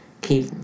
keep